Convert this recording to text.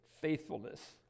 faithfulness